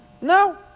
No